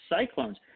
Cyclones